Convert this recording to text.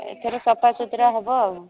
ଏଥର ସଫାସୁତରା ହବ